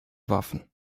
waffen